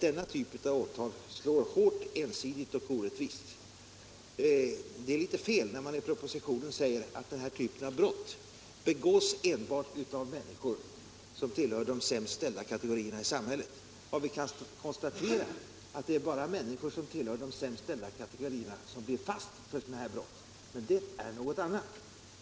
Denna typ av åtal slår nämligen hårt, ensidigt och orättvist. Det är litet felaktigt att som propositionen påstå att denna typ av brott enbart begås av människor som tillhör de sämst ställda kategorierna i samhället. Vad vi med säkerhet kan konstatera är att det bara är människor som tillhör de sämst ställda kategorierna som blir fast för sådana här brott, men det är någonting annat.